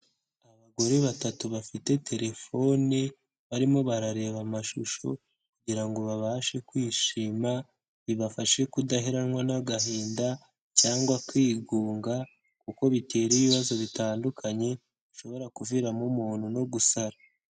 Abagore batatu bafite terefone, barimo barareba amashusho kugira ngo babashe kwishima, bibafashe kudaheranwa n'agahinda cyangwa kwigunga, kuko bitera ibibazo bitandukanye bishobora kuviramo umuntu no gusara.